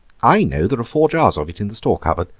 i know there are four jars of it in the store cupboard,